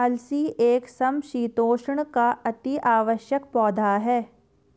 अलसी एक समशीतोष्ण का अति आवश्यक पौधा है